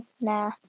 nah